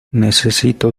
necesito